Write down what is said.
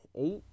eight